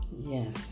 Yes